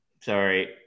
Sorry